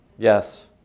Yes